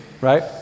right